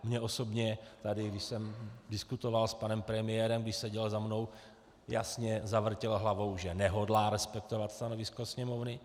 Mně osobně tady, když jsem diskutoval s panem premiérem, když seděl za mnou, jasně zavrtěl hlavou, že nehodlá respektovat stanovisko Sněmovny.